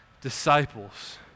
disciples